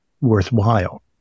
worthwhile